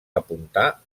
apuntar